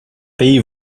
pays